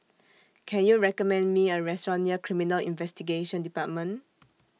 Can YOU recommend Me A Restaurant near Criminal Investigation department